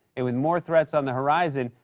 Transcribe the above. and with more threats on the horizon,